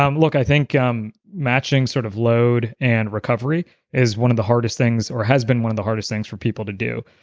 um look, i think um matching sort of load and recovery is one of the hardest things or has been one of the hardest things for people to do.